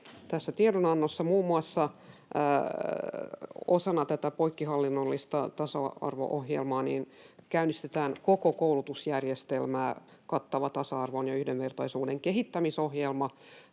tässä tiedonannossa. Muun muassa osana tätä poikkihallinnollista tasa-arvo-ohjelmaa käynnistetään koko koulutusjärjestelmän kattava tasa-arvon ja yhdenvertaisuuden kehittämisohjelma